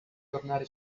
tornare